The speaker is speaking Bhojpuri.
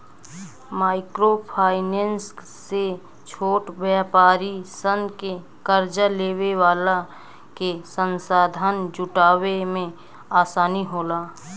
माइक्रो फाइनेंस से छोट व्यापारी सन के कार्जा लेवे वाला के संसाधन जुटावे में आसानी होला